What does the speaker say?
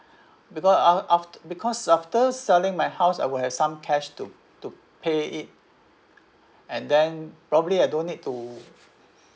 because af~ afte~ because after selling my house I will have some cash to to pay it and then probably I don't need to